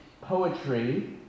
poetry